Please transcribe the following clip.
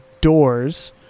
doors